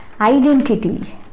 identity